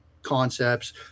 concepts